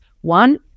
One